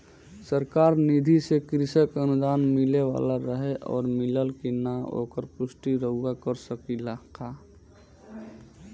सरकार निधि से कृषक अनुदान मिले वाला रहे और मिलल कि ना ओकर पुष्टि रउवा कर सकी ला का?